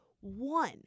one